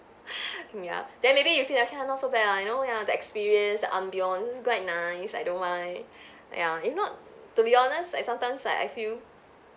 ya then maybe you feel like here not so bad lah you know ya the experience the ambiance quite nice I don't mind ya if not to be honest I sometimes like I feel